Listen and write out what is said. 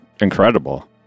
incredible